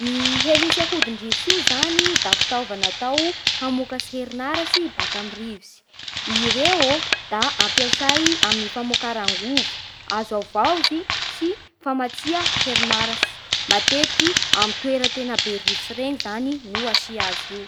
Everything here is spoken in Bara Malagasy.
Ny helisy ahodi-drivotsy io zany da fitaovana atao hamokatsy herinaratsy baka amin'ny rivotsy. Ireo da ampiasay amy famokara angovo azo avaozy sy famatsia herinaratsy. Matetiky amin'ny toera be rivotsy reny no asia azy.